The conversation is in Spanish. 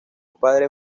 padre